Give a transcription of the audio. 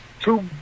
Two